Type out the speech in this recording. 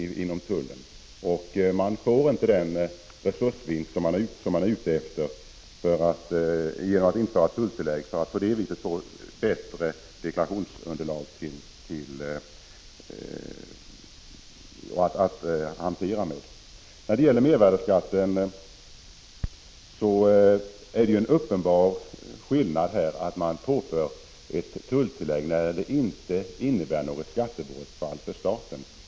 Man får inte genom att införa tulltillägg den resursvinst man är ute efter, dvs. ett bättre deklarationsunderlag. När det gäller mervärdeskatten är det en uppenbar skillnad att påföra tulltillägg när uteblivet skatteuttag inte innebär något skattebortfall för staten.